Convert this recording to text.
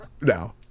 no